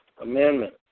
Amendment